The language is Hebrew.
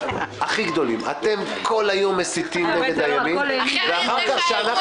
אתם כל היום מסיתים נגד הימין וכשאנחנו